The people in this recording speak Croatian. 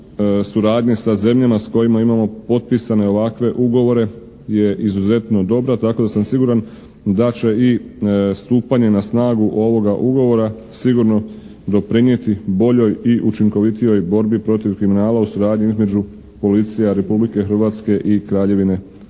suradnje sa zemljama sa kojima imamo potpisane ovakve ugovore je izuzetno dobra, tako da sam siguran da će i stupanje na snagu ovoga ugovora sigurno doprinijeti boljoj i učinkovitijoj borbi protiv kriminala u suradnji između policija Republike Hrvatske i Kraljevine Švedske.